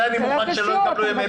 זה אני מוכן שלא יקבלו ימי בידוד.